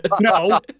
No